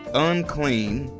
unclean,